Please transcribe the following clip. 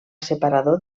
separador